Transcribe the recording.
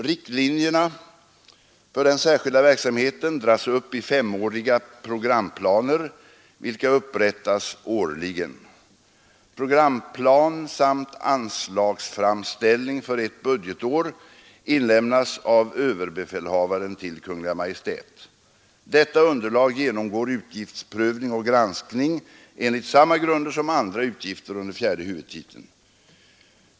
Riktlinjerna för den särskilda verksamheten dras upp i S-åriga programplaner vilka upprättas årligen. Programplan samt anslagsframställning för ett budgetår inlämnas av överbefälhavaren till Kungl. Maj:t. Detta underlag genomgår utgiftsprövning och granskning enligt samma grunder som andra utgifter under fjärde huvudtiteln.